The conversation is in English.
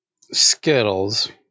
Skittles